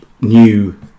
new